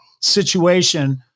situation